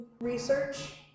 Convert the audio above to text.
research